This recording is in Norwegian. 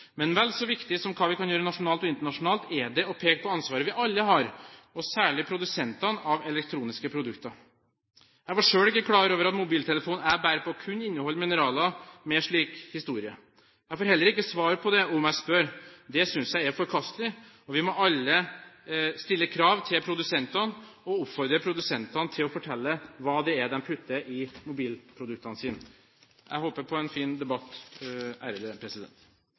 Men vel så viktig som hva vi kan gjøre nasjonalt og internasjonalt, er det å peke på det ansvaret vi alle har, særlig produsentene av elektroniske produkter. Jeg var selv ikke klar over at mobiltelefonen jeg bærer på, kunne inneholde mineraler med en slik historie. Jeg får heller ikke svar på det om jeg spør. Det synes jeg er forkastelig. Vi må alle stille krav til produsentene, og oppfordre produsentene til å fortelle hva det er de putter i mobilproduktene sine. Jeg håper på en fin debatt.